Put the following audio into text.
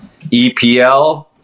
EPL